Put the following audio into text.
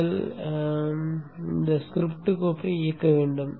நீங்கள் என்ன செய்வீர்கள் ஸ்கிரிப்ட் கோப்பை இயக்க வேண்டும்